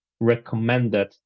recommended